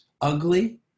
ugly